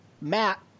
Matt